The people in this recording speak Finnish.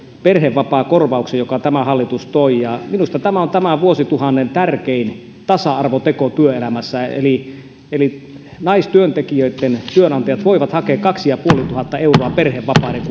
perhevapaakorvauksen jonka tämä hallitus toi minusta tämä on tämän vuosituhannen tärkein tasa arvoteko työelämässä eli eli naistyöntekijöitten työnantajat voivat hakea kaksi ja puoli tuhatta euroa perhevapaiden